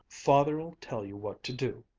father'll tell you what to do.